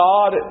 God